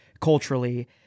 culturally